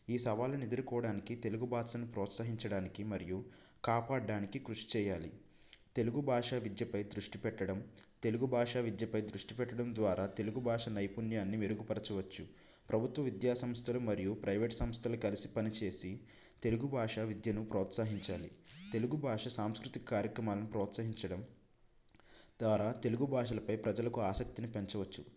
ఈ సవాళ్ళను ఎదుర్కోవడానికి తెలుగు భాషను ప్రోత్సహించడానికి మరియు కాపాడడానికి కృషి చేయాలి తెలుగు భాష విద్యపై దృష్టి పెట్టడం తెలుగు భాష విద్యపై దృష్టి పెట్టడం ద్వారా తెలుగు భాష నైపుణ్యాన్ని మెరుగుపరచవచ్చు ప్రభుత్వ విద్యా సంస్థలు మరియు ప్రైవేట్ సంస్థలు కలిసి పనిచేసి తెలుగు భాష విద్యను ప్రోత్సహించాలి తెలుగు భాష సాంస్కృతిక కార్యక్రమాలను ప్రోత్సహించడం ద్వారా తెలుగు భాషలపై ప్రజలకు ఆసక్తిని పెంచవచ్చును